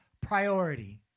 priority